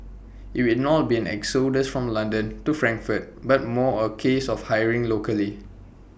IT will not be an exodus from London to Frankfurt but more A case of hiring locally